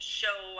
show